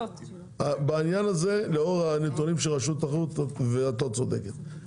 בעניין הזה לאור הנתונים של רשות התחרות את לא צודקת.